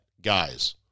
guys